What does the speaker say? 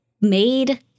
made